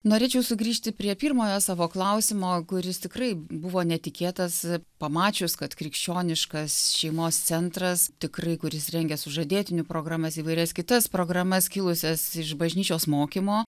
norėčiau sugrįžti prie pirmojo savo klausimo kuris tikrai buvo netikėtas pamačius kad krikščioniškas šeimos centras tikrai kuris rengia sužadėtinių programas įvairias kitas programas kilusias iš bažnyčios mokymo